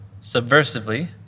subversively